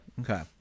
Okay